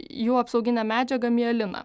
jų apsauginę medžiagą mieliną